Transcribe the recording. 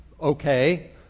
okay